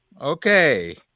Okay